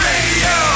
Radio